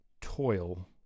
toil